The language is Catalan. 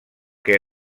que